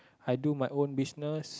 I do my own business